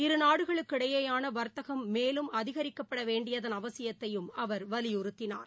இரு நாடுகளுக்கிடையேயானவர்த்தகம் மேலும் அதிகரிக்கப்படவேண்டியதன் அவசியத்தையும் அவர் வலியுறுத்தினார்